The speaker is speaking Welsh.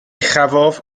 chafodd